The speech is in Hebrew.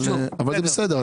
אבל זה בסדר,